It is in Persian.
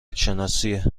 نشناسیه